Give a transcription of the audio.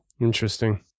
Interesting